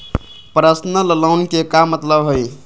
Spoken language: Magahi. पर्सनल लोन के का मतलब हई?